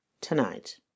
tonight